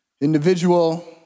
Individual